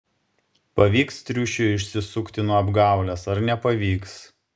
pavyks triušiui išsisukti nuo apgaulės ar nepavyks